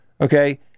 Okay